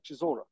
Chisora